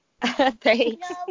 Thanks